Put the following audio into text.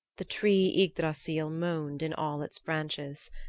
the tree ygdrassil moaned in all its branches.